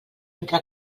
entra